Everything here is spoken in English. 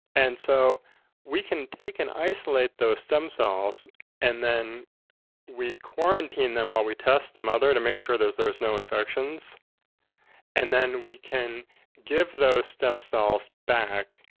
and so we can take and isolate those stem cells and then we quarantine them while we test the mother to make sure there's there's no infections and then we can give those stem cells back.